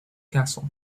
castle